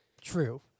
true